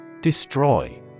Destroy